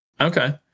Okay